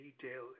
detail